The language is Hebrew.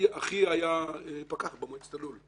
אחי היה פקח במועצת הלול,